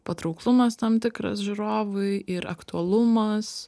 patrauklumas tam tikras žiūrovui ir aktualumas